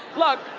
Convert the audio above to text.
look,